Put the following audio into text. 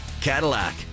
Cadillac